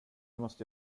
måste